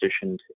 positioned